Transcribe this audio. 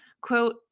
Quote